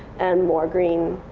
and more green.